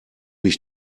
ich